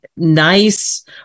nice